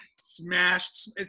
smashed